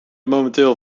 momenteel